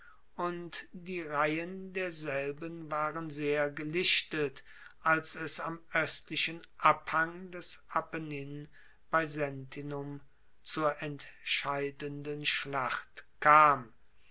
und die reihen derselben waren sehr gelichtet als es am oestlichen abhang des apennin bei sentinum zur entscheidenden schlacht kam